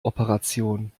operation